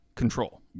control